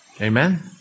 Amen